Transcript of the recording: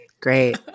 Great